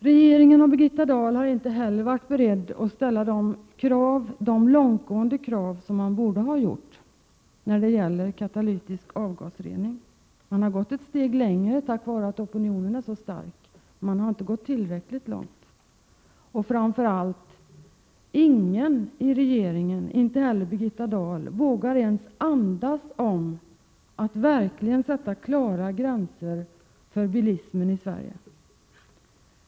Regeringen och Birgitta Dahl har inte heller varit beredda att ställa de långtgående krav som de borde ha gjort när det gäller katalytisk avgasrening. De har gått ett steg längre tack vare att opinionen är så stark, men inte tillräckligt långt. Framför allt är det ingen i regeringen, inte heller Birgitta Dahl, som ens vågar andas om att verkligen sätta klara gränser för bilismen i Sverige.